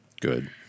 Good